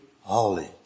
holy